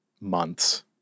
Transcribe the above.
months